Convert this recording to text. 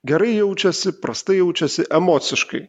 gerai jaučiasi prastai jaučiasi emociškai